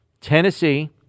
Tennessee